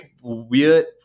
weird